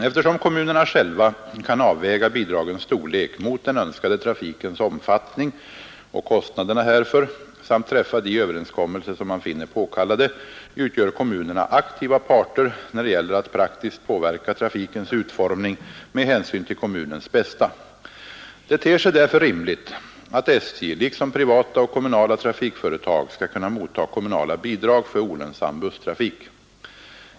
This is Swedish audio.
Eftersom kommunerna själva kan avväga bidragens storlek mot den önskade trafikens omfattning och kostnaderna härför samt träffa de överenskommelser som man finner påkallade, utgör kommunerna aktiva parter när det gäller att praktiskt påverka trafikens utformning med hänsyn till kommunens bästa. Det ter sig därför rimligt att SJ — liksom privata och kommunala trafikföretag — skall kunna motta kommunala bidrag för olönsam busstrafik.